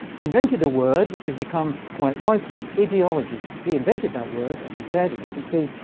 invented a word which has become quite widespread ideology. he invented that word, and he said, as you can see,